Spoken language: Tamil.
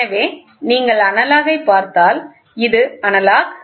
எனவே நீங்கள் அனலாக் ஐ பார்த்தால் இது அனலாக்